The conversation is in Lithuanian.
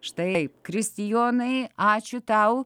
štai kristijonai ačiū tau